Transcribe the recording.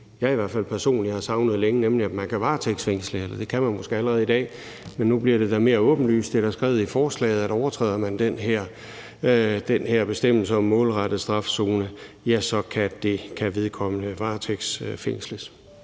jeg i hvert fald personligt har savnet længe, nemlig at man kan varetægtsfængsle – eller det kan måske allerede i dag, men nu bliver det da mere åbenlyst. Det er skrevet i forslaget, at overtræder man den her bestemmelse om målrettet strafzone, så kan vedkommende varetægtsfængsles.